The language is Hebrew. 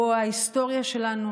הוא ההיסטוריה שלנו,